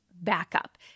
backup